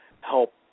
help